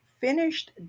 finished